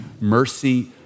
mercy